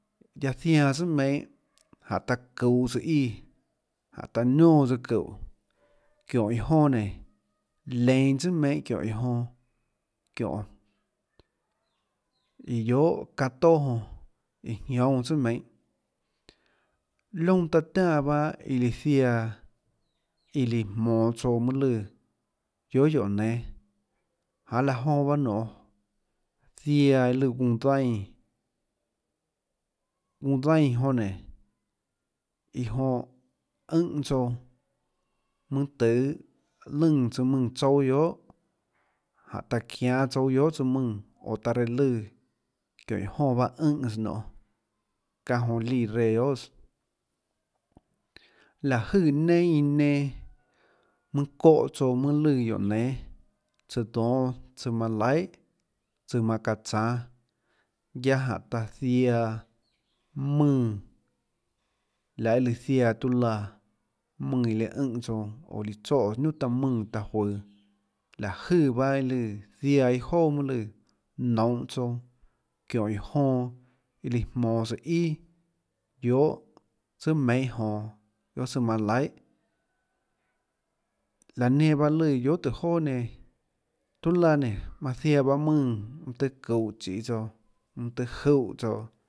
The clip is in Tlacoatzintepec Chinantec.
Guiaâ ziaã tsùà meinhâ jáhå taã çuuhå tsøã íã jánhå taã niónãs tsøã çuúhå çióhå iã jonã nénå leinå tsùà meinhâ çióhå iã jonã çióhå iã guiohà çanâ toà jonã iã jñóunâ tsùà meinhâ liónã taã tiánã bahâ iã ziaã iã líã jmonå tsouã mønâ lùã guiohà guióå nénâ janê laã jonã bahâ nonê ziaã iã lùã guunã daínã guunã daínãjonã nénå iã jonã ùnhã tsouã mønâ tøhê lùnã tsøã mùnã tsouâ guiohàjáhå taã çiánâ tsouâ guiohà tsøã mùnã oå taã reã lùã çióhå iã jonã paâ ùnhã tsøã nionê çáhã jonã líã reã guiohàs láhå jøè neinâ iã nenã mønâ çóhã tsouã mønâ lùã guióå nénâ tsøã dónâ tsøã manã laihà tsøã manã çaã tsánâ guiaâ jánhå taã ziaã mùnã laê lùã ziaã tiuâ laã mùnã iã líã ùnhã tsouã oã líã tsoè niunà taã mùnã taã juøå láå jøè bahâ iã lùã ziaã iâ jouà mønâ lùã nounhå tsouã çióhå iã jonã iã líã jmoås tsøã ià guiohà tsùà meinhâ jonå guiohà tsøã manã laihà laå nenå bahâ lùã guiohà tùhå jonà nenã tiuâ laã nénå manã ziaã pahâ mùnã manâ tøhê çuuhå chiê tsouã manâ tøhê júhã tsouã.